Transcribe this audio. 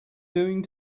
doing